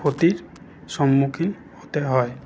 ক্ষতির সন্মুখীন হতে হয়